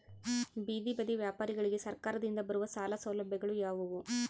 ಬೇದಿ ಬದಿ ವ್ಯಾಪಾರಗಳಿಗೆ ಸರಕಾರದಿಂದ ಬರುವ ಸಾಲ ಸೌಲಭ್ಯಗಳು ಯಾವುವು?